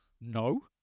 no